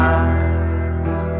eyes